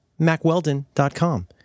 macweldon.com